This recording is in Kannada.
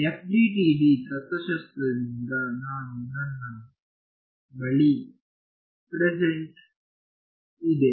FDTD ತತ್ತ್ವಶಾಸ್ತ್ರದಿಂದನನ್ನ ಬಳಿ ಪ್ರೆಸೆಂಟ್ ಇದೆ